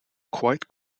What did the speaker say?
quite